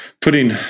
putting